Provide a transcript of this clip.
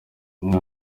imana